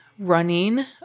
Running